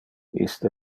iste